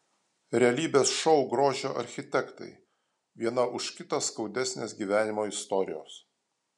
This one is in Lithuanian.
realybės šou grožio architektai viena už kitą skaudesnės gyvenimo istorijos